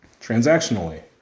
transactionally